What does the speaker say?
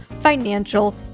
financial